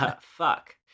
Fuck